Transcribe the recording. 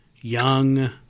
Young